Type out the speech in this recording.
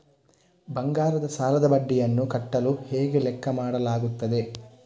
ಬಂಗಾರದ ಸಾಲದ ಬಡ್ಡಿಯನ್ನು ಕಟ್ಟಲು ಹೇಗೆ ಲೆಕ್ಕ ಮಾಡಲಾಗುತ್ತದೆ?